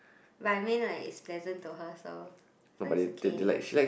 but I mean like it's pleasant to her so so it's okay